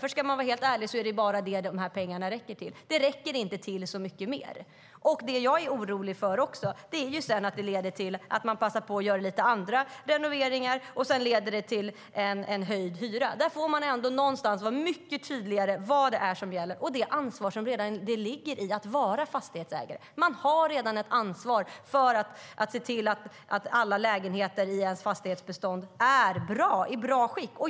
Om man ska vara helt ärlig är det bara det som pengarna räcker till; de räcker inte till så mycket mer. Det jag är orolig för är att det leder till att man passar på att göra lite andra renoveringar och att detta sedan leder till en höjd hyra. Man måste någonstans vara mycket tydligare med vad det är som gäller och det ansvar som ligger i att vara fastighetsägare. Man har redan ett ansvar för att se till att alla lägenheter i ens fastighetsbestånd är i ett bra skick.